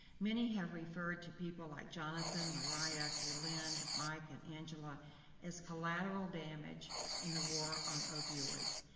many have referred to people like jonathan, mariah, kalind, mike, and angela as collateral damage in the war on opioids.